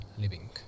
living